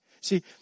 See